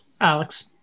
Alex